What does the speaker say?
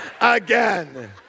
Again